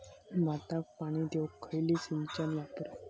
भाताक पाणी देऊक खयली सिंचन वापरू?